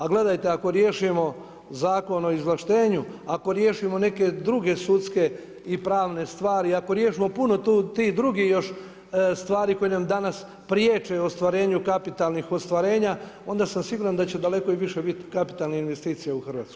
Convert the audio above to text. A gledajte, ako riješimo Zakon o izvlaštenju, ako riješimo neke druge sudske i pravne stvari i ako riješimo puno tu tih drugih još stvari koje nam danas priječe ostvarenju kapitalnih ostvarenja, onda sam siguran da će daleko i više biti kapitalnih investicija u Hrvatskoj.